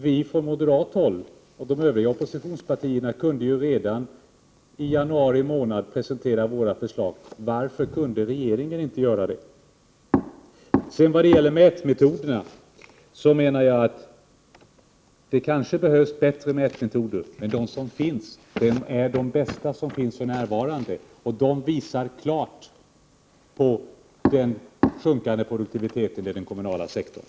Vi från moderat håll och de övriga oppositionspartierna kunde ju redan i januari månad presentera våra förslag. Varför kunde inte regeringen då lägga fram sina? Det är möjligt att det behövs bättre mätmetoder, men de som finns är de bästa som finns för närvarande, och de visar klart på den sjunkande 157 produktiviteten i den kommunala sektorn.